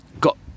got